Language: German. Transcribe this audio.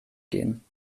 gehen